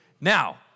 Now